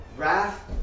wrath